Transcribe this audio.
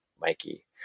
Mikey